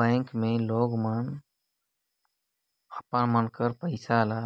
bank में मइनसे मन अपन पइसा ल